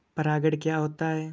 परागण क्या होता है?